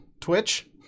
twitch